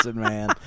man